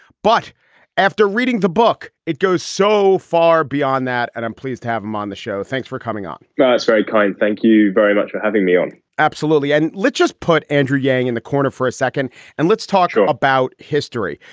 but after reading the book, it goes so far beyond that. and i'm pleased to have him on the show. thanks for coming on that's very kind. thank you very much for having me on absolutely. and let's just put andrew yang in the corner for a second and let's talk about history,